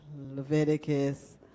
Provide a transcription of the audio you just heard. Leviticus